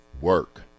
work